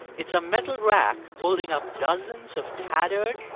it's a metal rack holding up dozens of tattered,